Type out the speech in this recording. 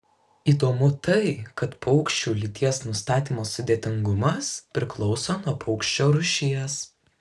įdomu tai kad paukščių lyties nustatymo sudėtingumas priklauso nuo paukščio rūšies